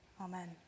Amen